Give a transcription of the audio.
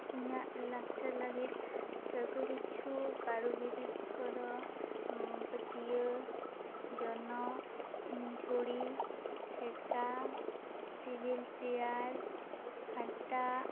ᱤᱧᱟ ᱜ ᱞᱟᱠᱪᱟᱨ ᱞᱟᱹᱜᱤᱫ ᱴᱷᱟᱹᱣᱠᱟᱹ ᱠᱤᱪᱷᱩ ᱠᱟᱨᱚᱵᱤᱨᱤᱫ ᱠᱚᱫᱚ ᱯᱟᱹᱴᱤᱭᱟᱹ ᱡᱚᱱᱚᱜ ᱡᱷᱩᱲᱤ ᱴᱷᱮᱠᱟ ᱴᱮᱵᱤᱞ ᱪᱮᱭᱟᱨ ᱦᱟᱴᱟᱜ